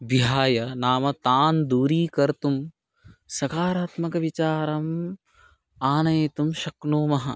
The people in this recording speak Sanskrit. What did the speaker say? विहाय नाम तान् दूरीकर्तुं सकारात्मकविचारम् आनयितुं शक्नुमः